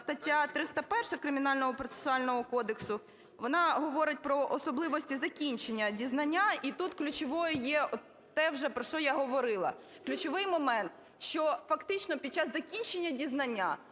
Стаття 301 Кримінально-процесуального кодексу вона говорить про особливості закінчення дізнання. І тут ключовим є те, про що я вже говорила, ключовий момент, що фактично під час закінчення дізнання